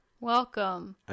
welcome